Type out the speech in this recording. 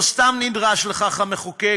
לא סתם נדרש לכך המחוקק,